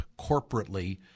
corporately